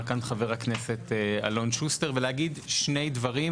כאן חבר הכנסת אלון שוסטר ולהגיד שני דברים,